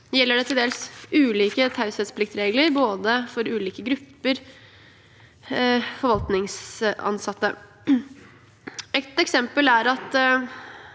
gjelder det til dels ulike taushetspliktregler for ulike grupper forvaltningsansatte. Et eksempel er at